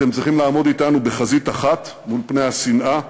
אתם צריכים לעמוד אתנו בחזית אחת מול פני השנאה,